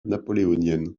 napoléonienne